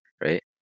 right